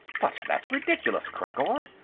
but that's ridiculous, khreggor.